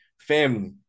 family